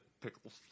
Pickles